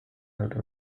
held